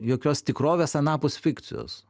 jokios tikrovės anapus fikcijos